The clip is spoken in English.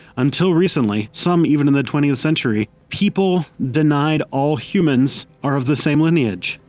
until recently, some even in the twentieth century, people denied all humans are of the same lineage.